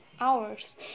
hours